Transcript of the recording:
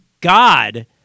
God